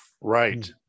Right